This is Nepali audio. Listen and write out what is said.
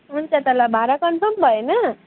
हुन्छ त ल भारा कन्फर्म भयो होइन